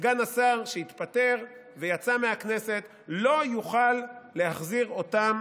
סגן השר שהתפטר ויצא מהכנסת לא יוכל להחזיר אותם